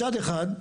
מצד אחד,